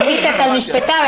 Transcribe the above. עמית, אתה משפטן.